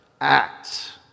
act